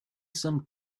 some